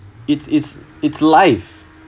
it's it's it's life